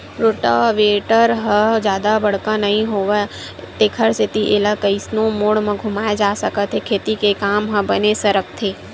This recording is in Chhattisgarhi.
रोटावेटर ह जादा बड़का नइ होवय तेखर सेती एला कइसनो मोड़ म घुमाए जा सकत हे खेती के काम ह बने सरकथे